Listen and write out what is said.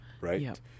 right